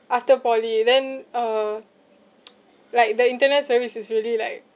after poly then uh like the internet service is really like